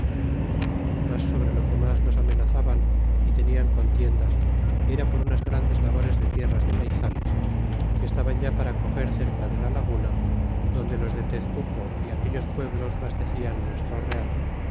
mas sobre lor que mas los amenazaban y tenian contiendas era por unas grandes labores de tierras de maizales que estaban ya para coger cerca de la laguna donde los de tezcuco y aquellos pueblos bastecian nuestro real